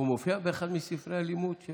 הוא מופיע באחד מספרי הלימוד?